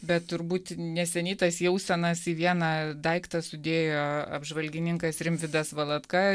bet turbūt neseniai tas jausenas į vieną daiktą sudėjo apžvalgininkas rimvydas valatka